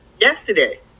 yesterday